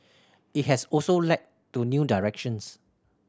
it has also led to new directions